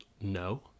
No